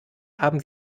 haben